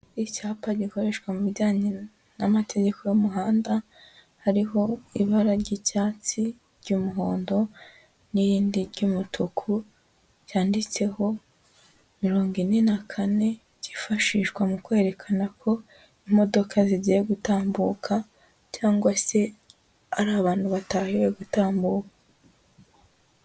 Icyapa gikoreshwa mu bijyanye n'amategeko y'umuhanda, hariho ibara ry'icyatsi, ry'umuhondo n'iyindi ry'umutuku, cyanditseho mirongo ine na kane, byifashishwa mu kwerekana ko imodoka zigiye gutambuka, cyangwa se ari abantu batahiwe gutambuka.